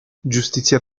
giustizia